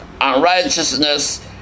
Unrighteousness